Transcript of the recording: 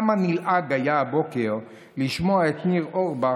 כמה נלעג היה הבוקר לשמוע את ניר אורבך